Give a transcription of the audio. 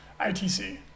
ITC